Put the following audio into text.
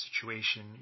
situation